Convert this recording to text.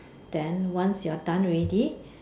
then once you're done already